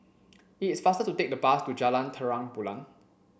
it's faster to take the bus to Jalan Terang Bulan